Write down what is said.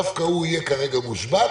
דווקא הוא יהיה כרגע מושבת